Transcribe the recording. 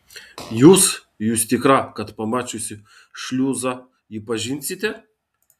jūs jūs tikra kad pamačiusi šliuzą jį pažinsite